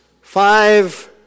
five